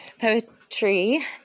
Poetry